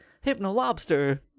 Hypno-lobster